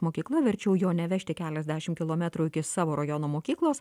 mokykla verčiau jo nevežti keliasdešim kilometrų iki savo rajono mokyklos